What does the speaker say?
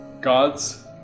God's